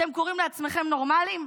אתם קוראים לעצמכם נורמליים?